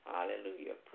Hallelujah